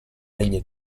degne